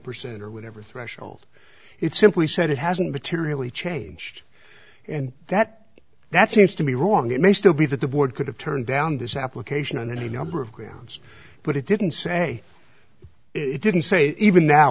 percent or whatever threshold it simply said it hasn't materialised changed and that that seems to be wrong it may still be that the board could have turned down this application on any number of grounds but it didn't say it didn't say even now